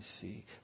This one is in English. see